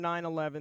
9-11